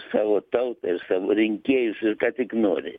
savo tautą ir savo rinkėjus ir ką tik nori